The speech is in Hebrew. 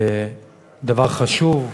דבר חשוב.